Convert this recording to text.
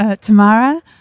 Tamara